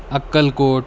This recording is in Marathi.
अक्कलकोट